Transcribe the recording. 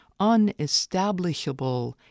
unestablishable